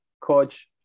Coach